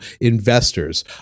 investors